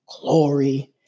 glory